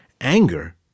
Anger